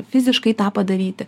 fiziškai tą padaryti